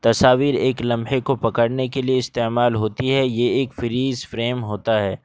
تصاویر ایک لمحے کو پکڑنے کے لیے استعمال ہوتی ہے یہ ایک فریز فریم ہوتا ہے